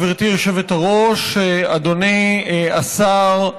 גברתי היושבת-ראש, אדוני השר,